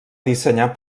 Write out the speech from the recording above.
dissenyar